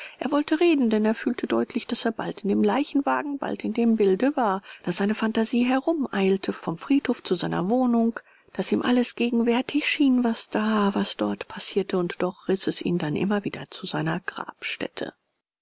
er wollte reden denn er fühlte deutlich daß er bald in dem leichenwagen bald in dem bilde war daß seine phantasie herumeilte vom friedhof zu seiner wohnung daß ihm alles allgegenwärtig schien was da was dort passierte und doch riß es ihn dann immer wieder zu seiner grabstätte